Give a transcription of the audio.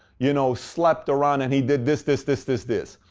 you know, slept around and he did this, this, this, this this.